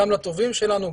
גם לתובעים שלנו,